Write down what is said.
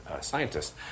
scientists